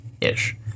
ish